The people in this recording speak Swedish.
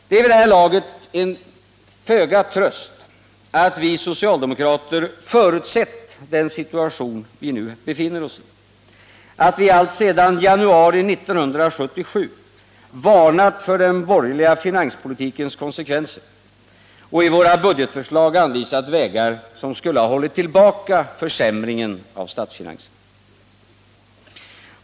Det är vid det här laget föga tröst att vi socialdemokrater förutsett den situation vi nu befinner oss i, att vi alltsedan januari 1977 varnat för den borgerliga finanspolitikens konsekvenser och i våra budgetförslag anvisat vägar som skulle ha hållit tillbaka försämringen av statsfinanserna.